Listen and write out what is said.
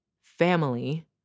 family